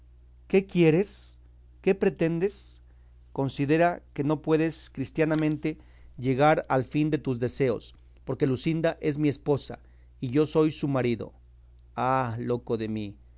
qué quieres qué pretendes considera que no puedes cristianamente llegar al fin de tus deseos porque luscinda es mi esposa y yo soy su marido ah loco de mí